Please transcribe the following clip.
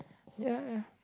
ya ya